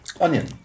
onion